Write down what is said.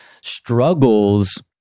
struggles